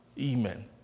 Amen